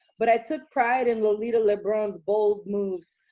but i took pride in lolita lebron's bold moves.